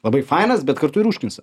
labai fainas bet kartu ir užknisa